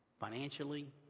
financially